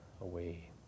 away